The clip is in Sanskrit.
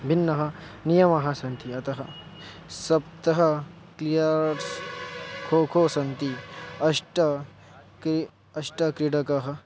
भिन्नाः नियमाः सन्ति अतः सप्त क्लियार्ट्स् खो खो सन्ति अष्ट क्रिडकाः अष्टक्रीडकाः